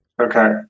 Okay